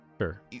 Sure